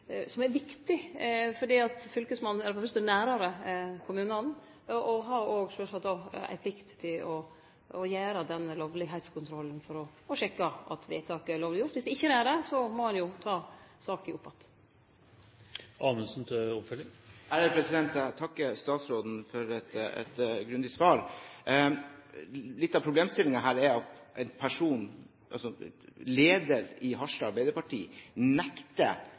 fylkesmannen er for det fyrste nærare kommunane, og han har sjølvsagt òg ei plikt til å gjere denne lovlegheitskontrollen for å sjekke at vedtaket er lovleg gjort. Viss det ikkje er det, må ein jo ta saka opp att. Jeg takker statsråden for et grundig svar. Litt av problemstillingen her er at en person – lederen i Harstad Arbeiderparti – nekter